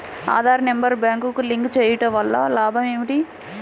Aadhaar number బ్యాంక్నకు link చేయుటవల్ల లాభం ఏమిటి?